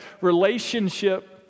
relationship